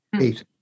eight